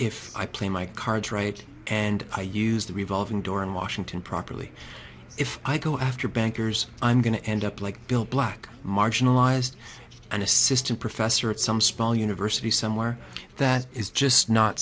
if i play my cards right and i use the revolving door in washington properly if i go after bankers i'm going to end up like bill black marginalized an assistant professor at some small university somewhere that is just not